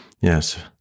Yes